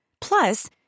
Plus